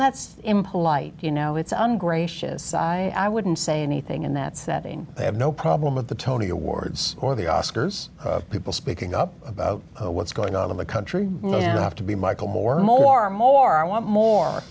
that's impolite you know it's ungracious i wouldn't say anything in that setting i have no problem with the tony awards or the oscars people speaking up about what's going on in the country i have to be michael more and more more i want more